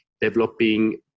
developing